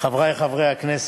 חברי חברי הכנסת,